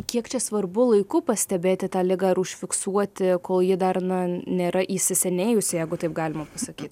kiek čia svarbu laiku pastebėti tą ligą ir užfiksuoti kol ji dar na nėra įsisenėjusi jeigu taip galima pasakyt